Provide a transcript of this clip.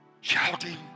shouting